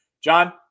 John